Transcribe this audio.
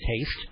taste